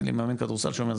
אין לי מאמן כדורסל שם,